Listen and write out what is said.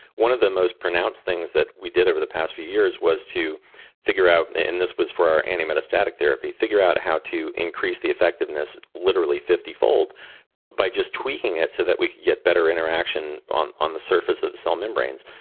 one of the most pronounced things that we did over the past few years was to figure out. and this was for our anti-metastatic therapy. figure out how to increase the effectiveness literally fifty fold by just tweaking it so that we could get better interaction on on the surface of the cell membranes.